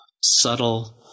subtle